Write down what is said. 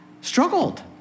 struggled